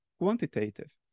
quantitative